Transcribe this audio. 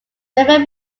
river